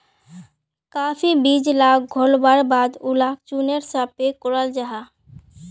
काफी बीज लाक घोल्वार बाद उलाक चुर्नेर सा पैक कराल जाहा